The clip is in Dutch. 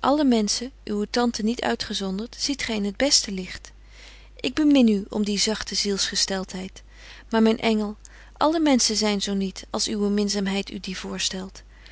alle menschen uwe tante niet uitgezondert ziet gy in het beste licht ik bemin u om die zagte zielsgesteltheid maar myn engel alle menschen zyn zo niet als uwe minzaamheid u die voorstelt